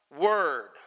word